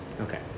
Okay